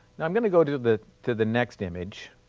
now, i'm going to go to the to the next image,